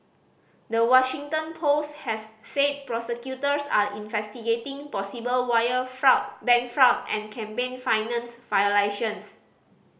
the Washington Post has said prosecutors are investigating possible wire fraud bank fraud and campaign finance violations